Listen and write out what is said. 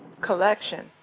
collection